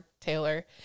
Taylor